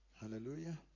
Hallelujah